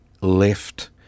left